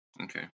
Okay